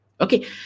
okay